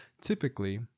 typically